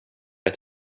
att